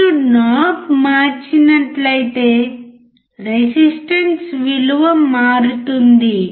మీరు నాబ్ మార్చినట్లయితే రెసిస్టెన్స్ విలువ మారుతుంది